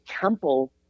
temple